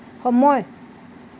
সময়